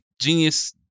genius